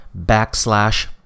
backslash